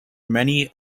many